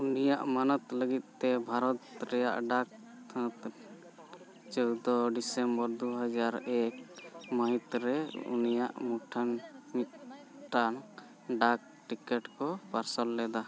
ᱩᱱᱤᱭᱟᱜ ᱢᱟᱱᱚᱛ ᱞᱟᱹᱜᱤᱫ ᱛᱮ ᱵᱷᱟᱨᱚᱛ ᱨᱮᱟᱱᱜ ᱰᱟᱠ ᱛᱷᱚᱱᱚᱛ ᱪᱳᱫᱽᱫᱳ ᱰᱤᱥᱮᱢᱵᱚᱨ ᱫᱩ ᱦᱟᱡᱟᱨ ᱮᱠ ᱢᱟᱹᱦᱤᱛ ᱨᱮ ᱩᱱᱤᱭᱟᱜ ᱢᱩᱴᱷᱟᱹᱱᱟᱱ ᱢᱤᱫᱴᱟᱝ ᱰᱟᱠ ᱴᱤᱠᱤᱴ ᱠᱚ ᱯᱟᱨᱥᱟᱞ ᱞᱮᱫᱟ